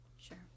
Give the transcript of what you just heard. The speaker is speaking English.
Sure